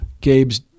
Gabe's